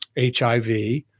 HIV